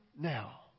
now